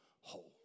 whole